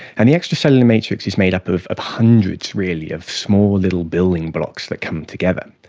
and the extracellular matrix is made up of of hundreds really of small little building blocks that come together.